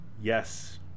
yes